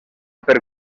per